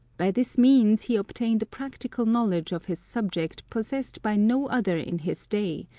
by this means he obtained a practical knowledge of his subject possessed by no other in his day,